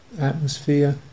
atmosphere